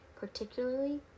particularly